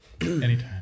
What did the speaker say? Anytime